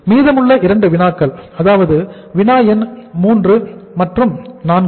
மீதமுள்ள 2 வினாக்கள் அதாவது வினா எண் 3 மற்றும் 4